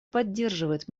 поддерживает